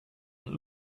und